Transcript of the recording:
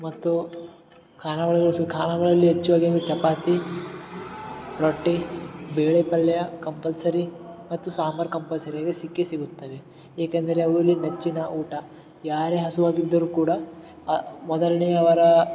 ಮತ್ತು ಖಾನಾವಳಿಗಳು ಸಹ ಖಾನಾವಳಿಯಲ್ಲಿ ಹೆಚ್ಚು ಆಗಿ ಚಪಾತಿ ರೊಟ್ಟಿ ಬೇಳೆ ಪಲ್ಯ ಕಂಪಲ್ಸರಿ ಮತ್ತು ಸಾಂಬಾರು ಕಂಪಲ್ಸರಿ ಇವು ಸಿಕ್ಕೇ ಸಿಗುತ್ತವೆ ಏಕೆಂದರೆ ಅವು ಮೆಚ್ಚಿನ ಊಟ ಯಾರೇ ಹಸಿವಾಗಿದ್ದರು ಕೂಡ ಮೊದಲನೇಯವರ